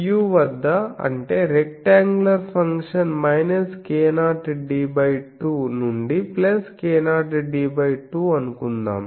Fd వద్ద అంటే rectangular function k0d2 నుండి k0d2 అనుకుందాం